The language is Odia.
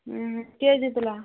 ଉଁ କିଏ ଜିତିଲା